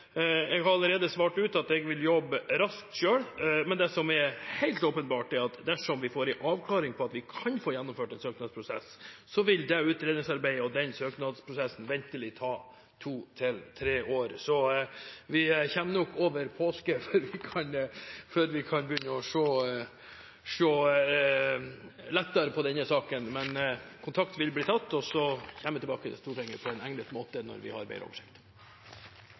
dersom vi får en avklaring på at vi kan få gjennomført en søknadsprosess, vil det utredningsarbeidet og den søknadsprosessen ventelig ta to til tre år, så vi kommer nok over påske før vi kan begynne å se lettere på denne saken. Men kontakt vil bli tatt, og så kommer vi tilbake til Stortinget på en egnet måte når vi har